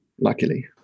luckily